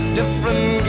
different